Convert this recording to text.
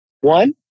One